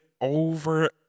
over